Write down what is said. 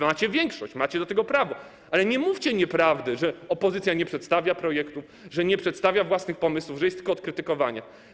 Macie większość, macie do tego prawo, ale nie mówcie nieprawdy, że opozycja nie przedstawia projektów, że nie przedstawia własnych pomysłów, że jest tylko od krytykowania.